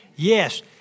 Yes